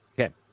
Okay